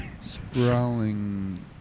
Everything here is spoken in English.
sprawling